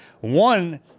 one